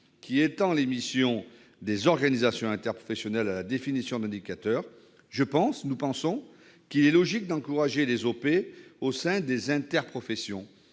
qui étend les missions des organisations interprofessionnelles à la définition d'indicateurs, nous pensons qu'il est logique d'encourager la présence des OP au sein des interprofessions.